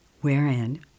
wherein